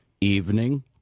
evening